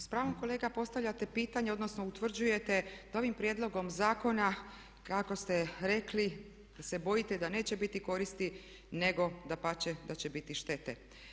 S pravom kolega postavljate pitanje, odnosno utvrđujete da ovim prijedlogom zakona kako ste rekli se bojite da neće biti koristi nego dapače da će biti štete.